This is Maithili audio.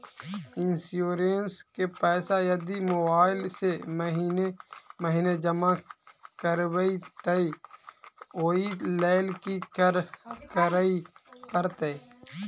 इंश्योरेंस केँ पैसा यदि मोबाइल सँ महीने महीने जमा करबैई तऽ ओई लैल की करऽ परतै?